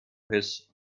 his